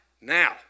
now